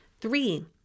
Three